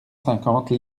cinquante